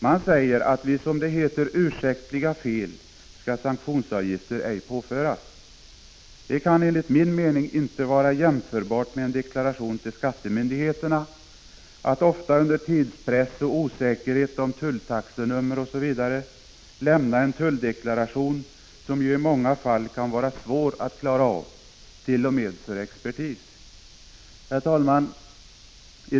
Man säger att sanktionsavgifter ej skall påföras vid, som det heter, ursäktliga fel. Att, ofta under tidspress och med osäkerhet om tulltaxenummer osv., lämna en tulldeklaration som i många fall kan vara svår att klara av, t.o.m. för expertis, kan enligt min mening inte vara jämförbart med att avge en deklaration till skattemyndigheterna. Herr talman!